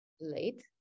Late